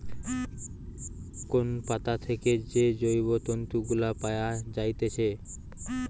কোন পাতা থেকে যে জৈব তন্তু গুলা পায়া যাইতেছে